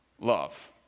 Love